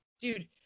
Dude